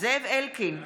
זאב אלקין,